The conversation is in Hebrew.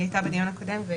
היא הייתה בדיון הקודם.